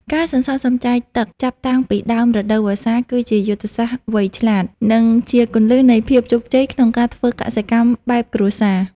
ការសន្សំសំចៃទឹកចាប់តាំងពីដើមរដូវវស្សាគឺជាយុទ្ធសាស្ត្រវៃឆ្លាត និងជាគន្លឹះនៃភាពជោគជ័យក្នុងការធ្វើកសិកម្មបែបគ្រួសារ។